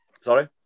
Sorry